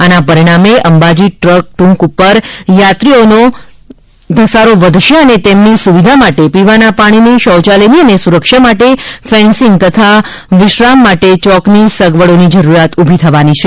આના પરિણામે અંબાજી ટ્રક ઉપર યાત્રિકોનો ઘસારો વધશે અને તેમની સુવિધા માટે પીવાના પાણીની શોચાલયની અને સુરક્ષા માટે ફેન્સીંગ તથા વિશ્રામ માટે ચોકની સગવડોની જરૂરિયાત ઊભી થવાની છે